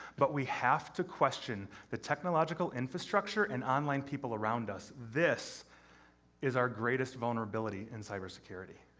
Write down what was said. but we have to question the technological infrastructure and online people around us. this is our greatest vulnerability in cybersecurity.